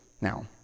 Now